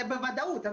זה בוודאות.